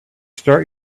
start